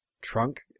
trunk